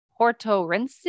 Portorensis